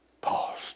paused